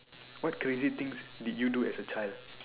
what crazy things did you do as a child